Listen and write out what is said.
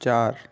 चार